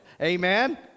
Amen